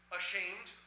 ashamed